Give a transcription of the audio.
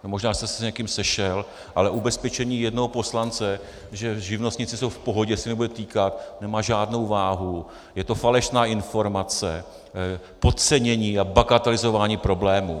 Možná že jste se s někým sešel, ale ubezpečení jednoho poslance, že živnostníci jsou v pohodě, že se jich nebude týkat, nemá žádnou váhu, je to falešná informace, podcenění a bagatelizování problému.